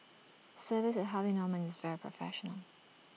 service at Harvey Norman is very professional